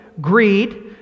greed